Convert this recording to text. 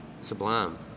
Sublime